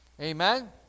Amen